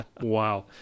Wow